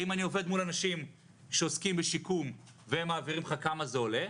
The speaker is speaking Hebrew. האם אני עובד מול אנשים שעוסקים בשיקום והם מעבירים לך כמה זה עולה?